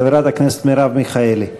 חברת הכנסת מרב מיכאלי.